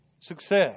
success